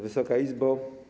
Wysoka Izbo!